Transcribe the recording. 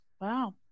wow